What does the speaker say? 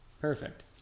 Perfect